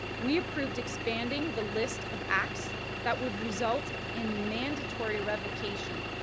we approved expanding the list of acts that would result in mandatory revocation,